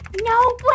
No